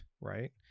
right